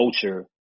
culture